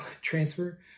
transfer